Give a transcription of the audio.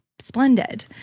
Splendid